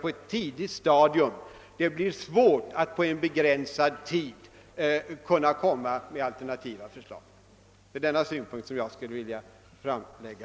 Det blir nu svårt att på en begränsad tid kunna framlägga ett förslag. Herr talman! Det är den synpunkten som jag här har velat anlägga.